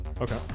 Okay